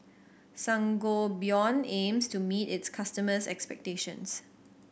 Sangobion aims to meet its customers' expectations